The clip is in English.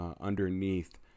underneath